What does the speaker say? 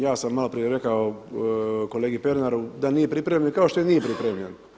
Ja sam malo prije rekao kolegi Pernaru da nije pripremljen, kao što i nije pripremljen.